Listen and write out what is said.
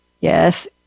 Yes